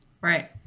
Right